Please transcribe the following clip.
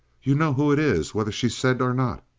you know who it is, whether she said or not?